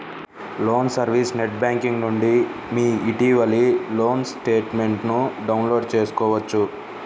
loan service net banking నుండి మీ ఇటీవలి లోన్ స్టేట్మెంట్ను డౌన్లోడ్ చేసుకోవచ్చు